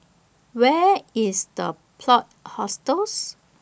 Where IS The Plot Hostels